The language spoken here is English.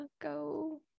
go